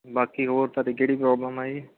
ਬਾਕੀ ਹੋਰ ਤੁਹਾਡੀ ਕਿਹੜੀ ਪ੍ਰੋਬਲਮ ਆ ਜੀ